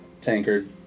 tankard